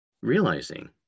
realizing